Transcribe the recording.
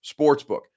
Sportsbook